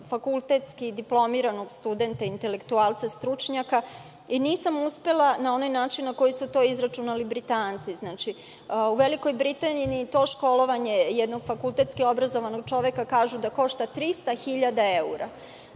fakultetski diplomiranog studenta intelektualca, stručnjaka i nisam uspela na onaj način na koji su to izračunali Britanci. U Velikoj Britaniji školovanje jednog fakultetski obrazovanog čoveka, kažu, košta 300.000 evra.